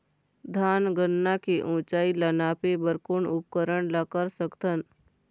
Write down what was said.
धान गन्ना के ऊंचाई ला नापे बर कोन उपकरण ला कर सकथन?